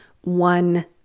one